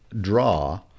draw